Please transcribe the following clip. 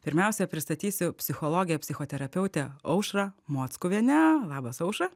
pirmiausia pristatysiu psichologę psichoterapeutę aušrą mockuvienę labas aušra